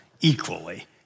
equally